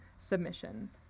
submission